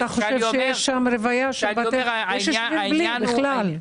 יש ישובים שאין בהם בכלל.